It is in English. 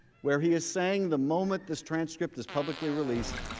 where he is saying the moment this transcript is publicly released,